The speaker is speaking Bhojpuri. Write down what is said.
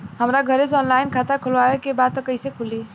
हमरा घरे से ऑनलाइन खाता खोलवावे के बा त कइसे खुली?